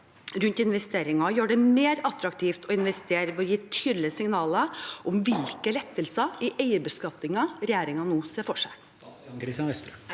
rundt investeringer og mer attraktivt å investere, ved å gi tydelige signaler om hvilke lettelser i eierbeskatningen regjeringen nå ser for seg?